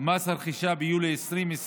מס הרכישה ביולי 2020,